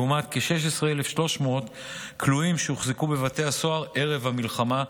לעומת כ-16,300 כלואים שהוחזקו בבתי הסוהר ערב המלחמה,